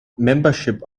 membership